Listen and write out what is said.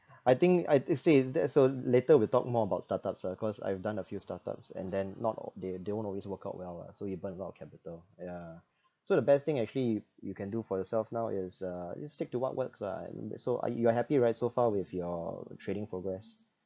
I think I it say that so later we'll talk more about startups ah because I've done a few startups and then not they they don't always work out well lah so it burned a lot of capital yeah so the best thing actually you you can do for yourself now is uh just stick to what works lah and so you are happy right so far with your trading progress